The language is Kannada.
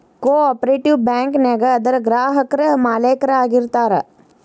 ಕೊ ಆಪ್ರೇಟಿವ್ ಬ್ಯಾಂಕ ನ್ಯಾಗ ಅದರ್ ಗ್ರಾಹಕ್ರ ಮಾಲೇಕ್ರ ಆಗಿರ್ತಾರ